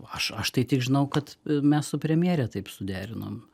aš aš tai tik žinau kad mes su premjere taip suderinom